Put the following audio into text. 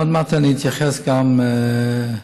עוד מעט אתייחס גם לשמוליק,